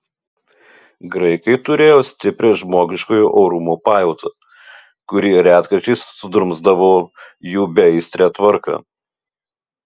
graikai turėjo stiprią žmogiškojo orumo pajautą kuri retkarčiais sudrumsdavo jų beaistrę tvarką